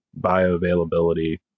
bioavailability